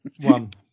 one